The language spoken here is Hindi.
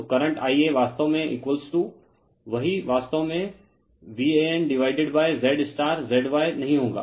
तो करंट Ia वास्तव में वही वास्तव में VAN divided Z star ZY नहीं होगा